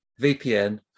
VPN